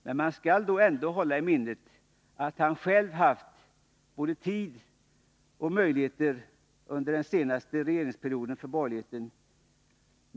Men man skall ändå hålla i minnet att han själv haft både tid och möjligheter under den senaste regeringsperioden för borgerligheten.